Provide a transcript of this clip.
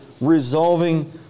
resolving